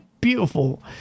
beautiful